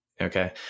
Okay